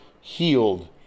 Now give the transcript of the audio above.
healed